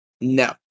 No